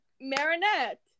Marinette